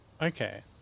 okay